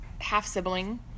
half-sibling